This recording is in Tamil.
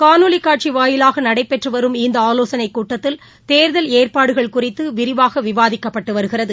காணொலிகாட்சிவாயிலாகநடைபெற்றுவரும் இந்தஆலோசனைக் கூட்டத்தில் தேர்தல் ஏற்பாடுகள் குறித்துவிரிவாகவிவாதிக்கப்பட்டுவருகிறது